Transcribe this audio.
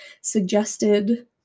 suggested